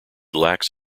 lacks